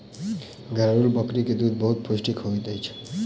घरेलु बकरी के दूध बहुत पौष्टिक होइत अछि